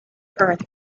earth